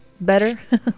Better